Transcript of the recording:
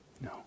No